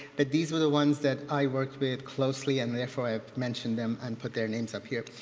but these were the ones that i worked with closely and therefore i have mentioned them and put their names up here.